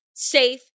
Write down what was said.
safe